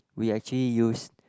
we actually used